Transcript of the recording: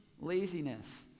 laziness